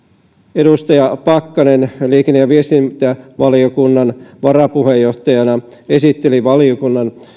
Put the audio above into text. edustaja pakkanen liikenne ja viestintävaliokunnan varapuheenjohtajana esitteli valiokunnan